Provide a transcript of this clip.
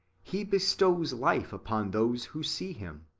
he bestows life upon those who see him.